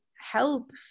help